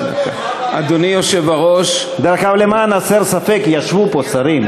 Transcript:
אדוני היושב-ראש, למען הסר ספק, ישבו פה שרים.